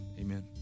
amen